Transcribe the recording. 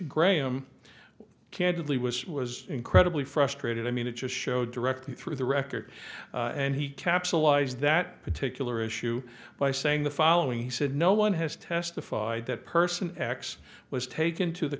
graham candidly was was incredibly frustrated i mean it just showed directly through the record and he capsulize that particular issue by saying the following he said no one has testified that person x was taken to the